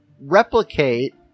replicate